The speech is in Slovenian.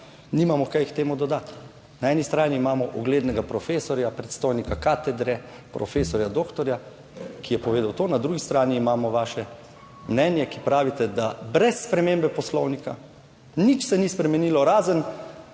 nimamo kaj k temu dodati. Na eni strani imamo uglednega profesorja, predstojnika katedre, profesorja doktorja, ki je povedal to, na drugi strani imamo vaše mnenje, ki pravite, da brez spremembe Poslovnika, nič se ni spremenilo, razen